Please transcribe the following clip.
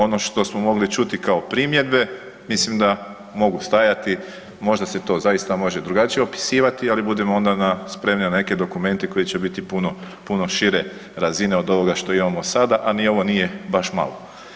Ono što smo mogli čuti kao primjedbe mislim da mogu stajati možda se to zaista može drugačije opisivati, ali budimo onda spremni na neke dokumente koji će biti puno šire razine od ovoga što imamo sada, a ni ovo nije baš malo.